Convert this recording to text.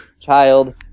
child